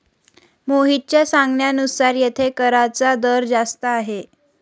मोहितच्या सांगण्यानुसार येथे कराचा दर जास्त आहे